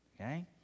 Okay